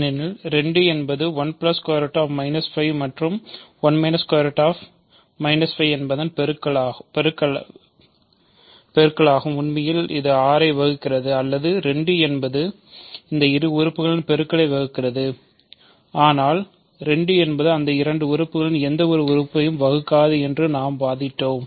ஏனெனில் 2 என்பது 1 ✓ 5 மற்றும் 1 ✓ 5 என்பதன் பெருக்களை உண்மையில் 6 ஐ வகுக்கிறது அல்லது 2 என்பது அந்த இரு உறுப்புகளின் பெறுக்களை வகிக்கிறது ஆனால் 2 என்பது அந்த இரண்டு உறுப்புகளில் எந்த உறுப்பையும் வகுக்காது என்று நாம் வாதிட்டோம்